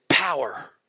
power